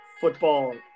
Football